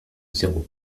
zéro